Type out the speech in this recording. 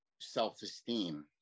self-esteem